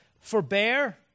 forbear